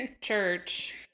church